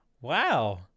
Wow